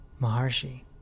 Maharshi